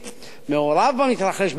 מעורב במתרחש במשק,